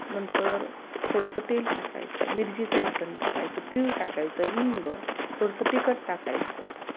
नंतर थोडंसं तेल टाकायचं मिरचीचं वाटण टाकायचं तीळ टाकायचं हिंग थोडंसं तिखट टाकायचं